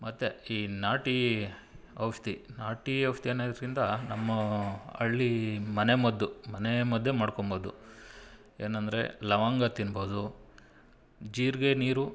ಮತ್ತು ಹೀ ನಾಟೀ ಔಷಧಿ ನಾಟೀ ಔಷಧಿ ಅನ್ನೋದ್ಕಿಂತ ನಮ್ಮ ಹಳ್ಳಿ ಮನೆಮದ್ದು ಮನೆಮದ್ದೇ ಮಾಡ್ಕೊಂಬೋದು ಏನಂದರೆ ಲವಂಗ ತಿನ್ಬೋದು ಜೀರಿಗೆ ನೀರು